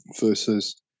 versus